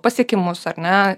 pasiekimus ar ne